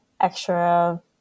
extra